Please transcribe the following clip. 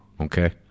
Okay